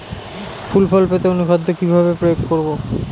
ফুল ফল পেতে অনুখাদ্য কিভাবে প্রয়োগ করব?